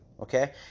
okay